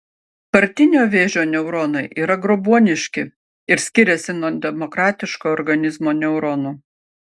partinio vėžio neuronai yra grobuoniški ir skiriasi nuo demokratiško organizmo neuronų